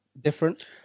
different